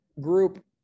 group